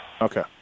Okay